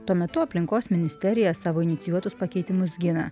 tuo metu aplinkos ministerija savo inicijuotus pakeitimus gina